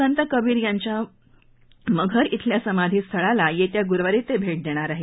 संत कबीर यांच्या मघर श्वेल्या समाधी स्थळाला येत्या गुरुवारी ते भेट देणार आहेत